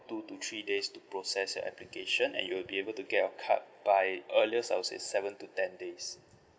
two to three days to process your application and you will be able to get your card by earliest I would say seven to ten days